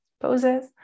poses